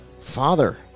Father